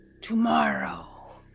Tomorrow